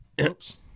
Oops